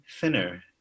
thinner